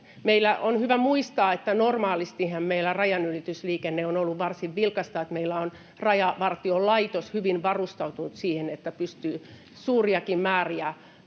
Meidän on hyvä muistaa, että normaalistihan meillä rajanylitysliikenne on ollut varsin vilkasta. Meillä on Rajavartiolaitos hyvin varustautunut siihen, että pystyy suuriakin määriä